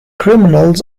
criminals